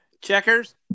checkers